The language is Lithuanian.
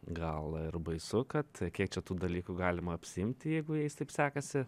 gal ir baisu kad kiek čia tų dalykų galima apsiimti jeigu jais taip sekasi